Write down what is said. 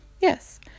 Yes